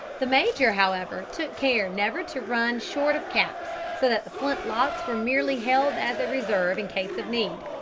the major, however, took care never to run short of caps, so that the flint locks were merely held as a reserve in case of need.